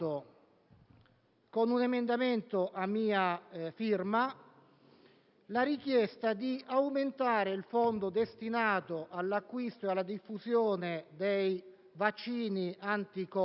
con un emendamento a mia firma, la richiesta di aumentare il fondo destinato all'acquisto e alla diffusione dei vaccini anti-Covid,